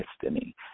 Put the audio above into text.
destiny